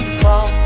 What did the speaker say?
fall